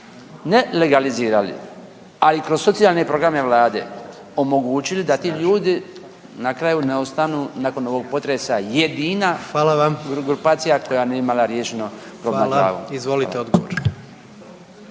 ne legalizirali, ali kroz socijalne programe vlade omogućili da ti ljudi na kraju ne ostanu nakon ovog potresa jedina grupacija koja nije imala riješeno krov nad glavom.